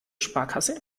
sparkasse